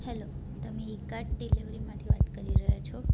hello તમે Ekart ડિલિવરીમાંથી વાત કરી રહ્યાં છો